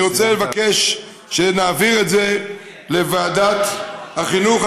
אני רוצה לבקש שנעביר את זה לוועדת החינוך,